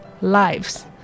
lives